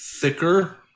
thicker